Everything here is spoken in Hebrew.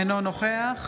אינו נוכח